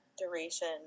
duration